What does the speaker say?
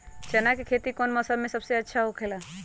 चाना के खेती कौन मौसम में सबसे अच्छा होखेला?